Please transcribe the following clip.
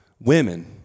women